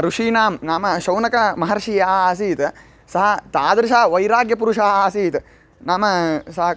ऋषीणां नाम शौनकमहर्षि यः आसीत् सः तादृशवैराग्यपुरुषः आसीत् नाम सा